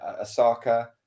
Osaka